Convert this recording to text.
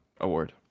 award